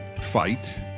fight